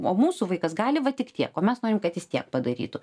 o mūsų vaikas gali va tik tiek o mes norim kad jis tiek padarytų